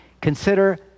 consider